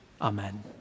amen